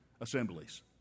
assemblies